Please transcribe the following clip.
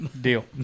deal